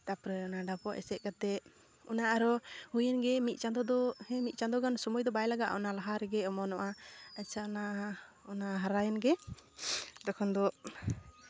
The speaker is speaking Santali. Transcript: ᱛᱟᱨᱯᱚᱨᱮ ᱚᱱᱮ ᱰᱷᱟᱯᱚᱜ ᱮᱥᱮᱫ ᱠᱟᱛᱮᱜ ᱚᱱᱟ ᱟᱨᱦᱚᱸ ᱦᱩᱭᱮᱱ ᱜᱮ ᱢᱤᱫ ᱪᱟᱸᱫᱳ ᱫᱚ ᱦᱮᱸ ᱢᱤᱫ ᱪᱟᱸᱫᱳᱜᱟᱱ ᱥᱚᱢᱚᱭ ᱫᱚ ᱵᱟᱭ ᱞᱟᱜᱟᱜᱼᱟ ᱚᱱᱟ ᱞᱟᱦᱟ ᱨᱮᱜᱮ ᱚᱢᱚᱱᱚᱜᱼᱟ ᱟᱪᱪᱷᱟ ᱚᱱᱟ ᱚᱱᱟ ᱦᱟᱨᱟᱭᱮᱱ ᱜᱮ ᱛᱚᱠᱷᱚᱱ ᱫᱚ